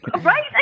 Right